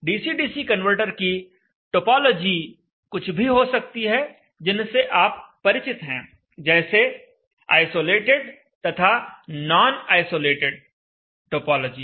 DC DC converter की topology कुछ भी हो सकती है जिनसे आप परिचित हैं जैसे आइसोलेटेड तथा नॉन आइसोलेटेड टोपोलॉजी